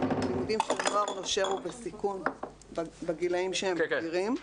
לימודים של נוער נושר ובסיכון בגילאים שהם בגיירם.